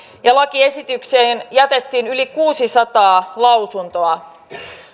ja lakiesitykseen jätettiin yli kuusisataa lausuntoa